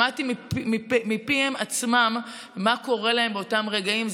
שמעתי מפיהם עצמם מה קורה להם באותם רגעים.